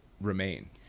remain